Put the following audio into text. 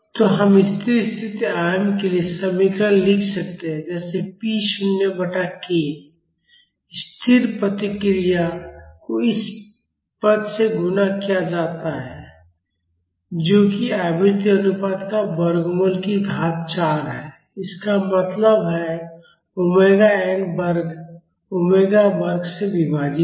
तो हम स्थिर स्थिति आयाम के लिए समीकरण लिख सकते हैं जैसे p शून्य बटा k स्थिर प्रतिक्रिया को इस पद से गुणा किया जाता है जो कि आवृत्ति अनुपात का वर्गमूल की घात 4 है इसका मतलब है ओमेगा एन वर्ग ओमेगा वर्ग से विभाजित है